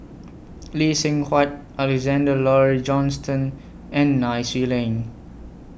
Lee Seng Huat Alexander Laurie Johnston and Nai Swee Leng